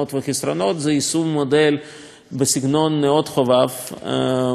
יישום מודל בסגנון נאות-חובב בתוך המפרץ,